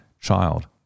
child